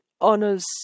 honors